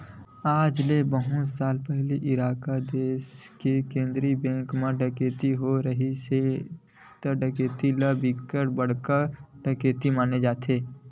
आज ले बहुत साल पहिली इराक देस के केंद्रीय बेंक म डकैती होए रिहिस हे ए डकैती ल बिकट बड़का डकैती माने जाथे